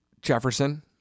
jefferson